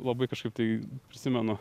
labai kažkaip tai prisimenu